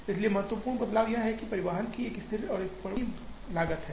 इसलिए महत्वपूर्ण बदलाव यह है कि परिवहन की एक स्थिर और परिवर्तनीय लागत है